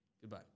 Goodbye